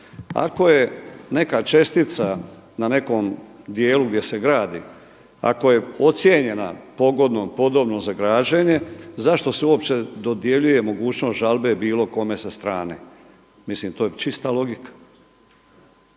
Ako je neka čestica na nekom dijelu gdje se gradi, ako je ocijenjena pogodnom, podobnom za građenje zašto se uopće dodjeljuje mogućnost žalbe bilo kome sa strane? Mislim da to je čista logika.